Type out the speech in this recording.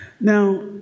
Now